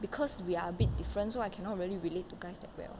because we are a bit different so I cannot really relate to guys that well